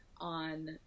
on